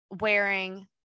wearing